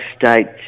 States